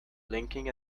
blinking